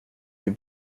vid